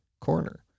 corner